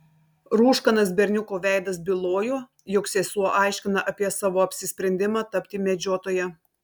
rūškanas berniuko veidas bylojo jog sesuo aiškina apie savo apsisprendimą tapti medžiotoja